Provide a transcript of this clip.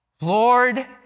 Lord